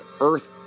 earth